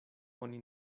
oni